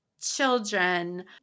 children